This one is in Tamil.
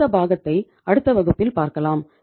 அடுத்த பாகத்தை அடுத்த வகுப்பில் பார்க்கலாம்